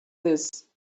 this